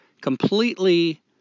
completely